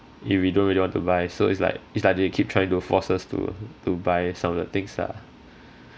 if we don't really want to buy so it's like it's like they keep trying to force us to to buy some of the things lah